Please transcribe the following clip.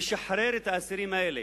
לשחרר את האסירים האלה,